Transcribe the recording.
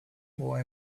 more